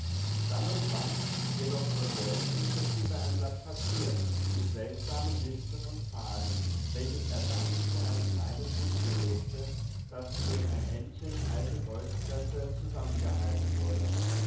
dann und wann jedoch nur selten beschrieb er ein blatt papier mit seltsamen listen und zahlen welches er dann zu einem kleinen bündel legte das durch ein endchen alte goldtresse zusammengehalten wurde